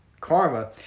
karma